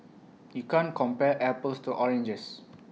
you can't compare apples to oranges